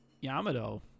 Yamato